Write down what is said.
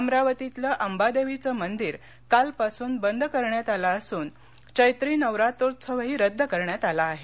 अमरावतीतलं अंबादेवीचं मंदीर कालपासून बंद करण्यात आलं असून चैत्री नवरात्रोत्सवही रद्द करण्यात आला आहे